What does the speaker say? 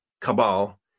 cabal